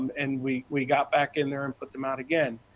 and we we got back in there and put them out again.